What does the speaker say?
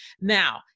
Now